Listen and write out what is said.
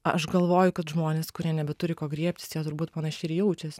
aš galvoju kad žmonės kurie nebeturi ko griebtis jie turbūt panašiai ir jaučias